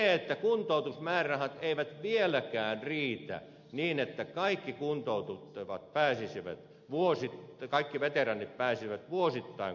mutta kuntoutusmäärärahat eivät vieläkään riitä niin että kaikki muuntautuu toivat pääsisivät vuosi kaikki veteraanit pääsisivät vuosittain kuntoutukseen